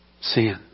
sin